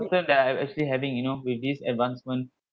concern that I I actually having you know with this advancement